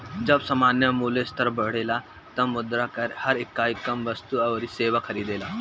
जब सामान्य मूल्य स्तर बढ़ेला तब मुद्रा कअ हर इकाई कम वस्तु अउरी सेवा खरीदेला